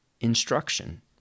instruction